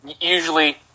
Usually